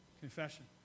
Confession